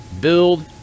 build